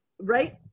right